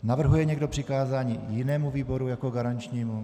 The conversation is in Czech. Navrhuje někdo přikázání jinému výboru jako garančnímu?